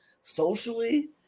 socially